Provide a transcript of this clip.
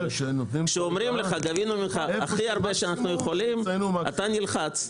כשאומרים לך: גבינו ממך הכי הרבה שאנחנו יכולים אתה נלחץ.